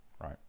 right